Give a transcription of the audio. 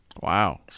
Wow